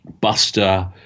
Buster